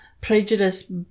prejudice